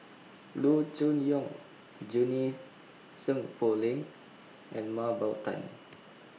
Loo Choon Yong Junie Sng Poh Leng and Mah Bow Tan